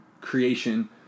creation